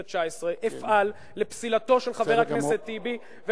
התשע-עשרה אפעל לפסילתו של חבר הכנסת טיבי,